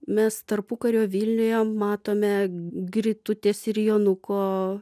mes tarpukario vilniuje matome grytutės ir jonuko